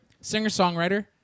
singer-songwriter